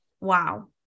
wow